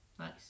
Nice